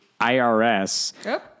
irs